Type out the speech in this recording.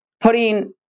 putting